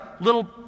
little